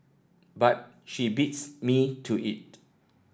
but she beats me to it